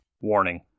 Warning